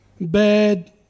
Bad